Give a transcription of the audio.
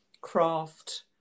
craft